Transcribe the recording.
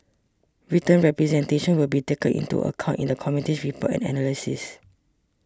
written representations will be taken into account in the Committee's report and analysis